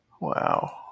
Wow